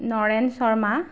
Naren Sharma